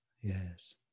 yes